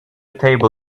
table